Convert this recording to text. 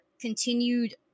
continued